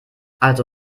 also